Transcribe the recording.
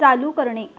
चालू करणे